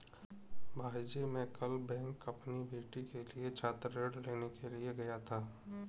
भाईजी मैं कल बैंक अपनी बेटी के लिए छात्र ऋण लेने के लिए गया था